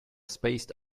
spaced